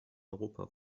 europa